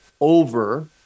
over